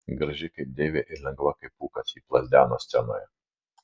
graži kaip deivė ir lengva kaip pūkas ji plazdeno scenoje